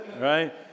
right